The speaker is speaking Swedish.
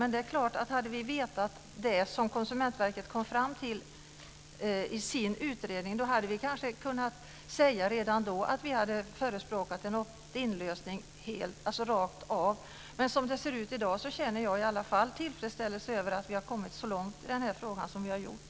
Men om vi hade vetat det som Konsumentverket kom fram till i sin utredning hade vi kanske redan då kunnat förespråka en opt inlösning rakt av. Som det ser ut i dag känner jag tillfredsställelse över att vi har kommit så långt som vi har gjort i frågan.